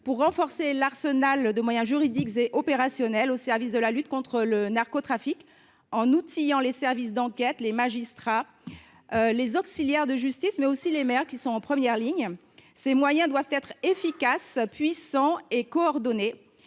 pour renforcer l’arsenal des moyens juridiques et opérationnels mis au service de la lutte contre le narcotrafic. Ce texte outille les services d’enquête, les magistrats et les auxiliaires de justice, ainsi que les maires, qui se trouvent en première ligne. Ces moyens doivent être efficaces, puissants et coordonnés,